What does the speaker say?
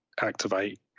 activate